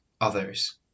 others